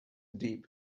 deep